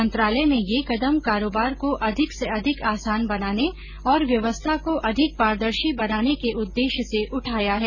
मंत्रालय ने यह कदम कारोबार को अधिक से अधिक आसान बनाने और व्यवस्था को अधिक पारदर्शी बनाने के उद्देश्य से उठाया है